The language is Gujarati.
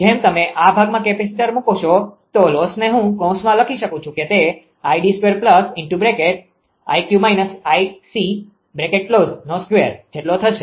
જેમ તમે આ ભાગમાં કેપેસિટર મૂકશોતો લોસને હું કૌંસમાં લખી શકું કે તે 𝐼𝑑2 𝐼𝑞 − 𝐼𝑐2 થશે